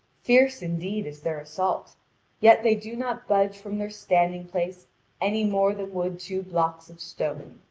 fierce, indeed, is their assault yet they do not budge from their standing-place any more than would two blocks of stone.